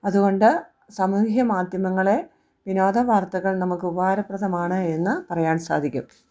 അതുകൊണ്ട് സമൂഹിക മാധ്യമങ്ങളെ വിനോദ വാർത്തകൾ നമുക്ക് ഉപകാരപ്രദമാണ് എന്നു പറയാൻ സാധിക്കും